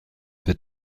wird